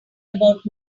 about